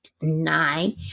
nine